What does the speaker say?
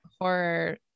horror